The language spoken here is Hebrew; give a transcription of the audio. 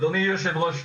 אדוני היו"ר,